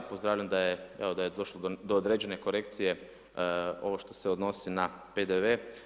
Pozdravljam da je, evo, da je došlo do određene korekcije ovo što se odnosi na PDV.